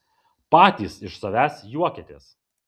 patys iš savęs juokiatės